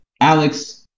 alex